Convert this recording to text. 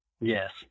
Yes